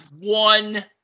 one